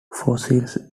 fossils